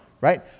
right